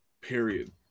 period